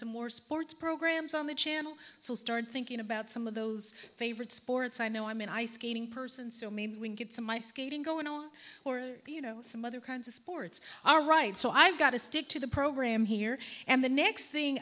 some more sports programs on the channel so start thinking about some of those favorite sports i know i'm an ice skating person so maybe we can get some ice skating go in our or you know some other kinds of sports all right so i've got to stick to the program here and the next thing